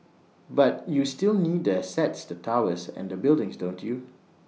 but you still need the assets the towers and the buildings don't you